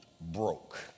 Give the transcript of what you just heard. broke